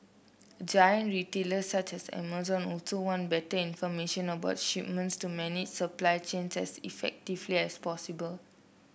giant retailers such as Amazon also want better information about shipments to manage supply chains as effectively as possible